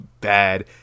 bad